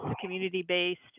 community-based